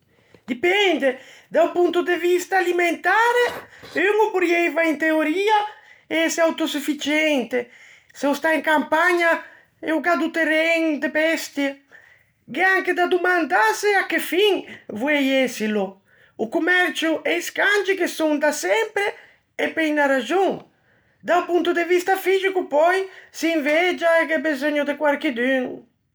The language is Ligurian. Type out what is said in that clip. Dipende: da-o ponto de vista alimentare, un o porrieiva in teoria ëse autosufficiente, se o stà in campagna e o gh'à do terren e de bestie. Gh'é anche da domandâse à che fin, voei ësilo. O commercio e i scangi ghe son da sempre, e pe unna raxon. Da-o ponto de vista fixico pöi s'invegia e gh'é beseugno de quarchidun.